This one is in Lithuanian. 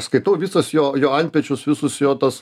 skaitau visas jo jo antpečius visus jo tas